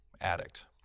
addict